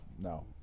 no